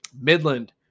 Midland